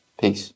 Peace